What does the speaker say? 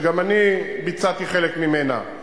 שגם אני ביצעתי חלק ממנה,